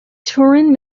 turin